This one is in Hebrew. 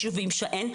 יש ישובים שאין,